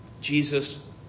Jesus